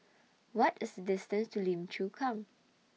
What This distance to Lim Chu Kang